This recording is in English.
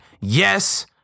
Yes